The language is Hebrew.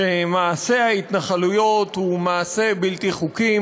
שמעשה ההתנחלויות הוא מעשה בלתי חוקי,